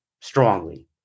strongly